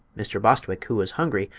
mr. bostwick, who was hungry,